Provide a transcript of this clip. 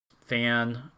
Fan